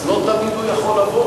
אז לא תמיד הוא יכול לבוא,